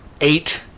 eight